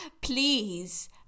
please